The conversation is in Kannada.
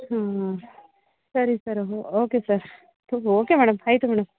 ಹ್ಞೂ ಸರಿ ಸರ್ ಅದು ಓಕೆ ಸರ್ ತು ಓಕೆ ಮೇಡಮ್ ಆಯಿತು ಮೇಡಮ್